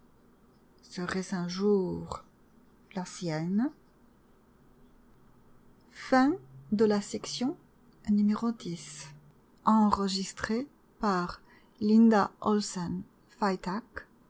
serait-ce un jour la sienne